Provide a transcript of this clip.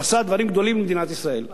הוא עשה דברים גדולים למדינת ישראל.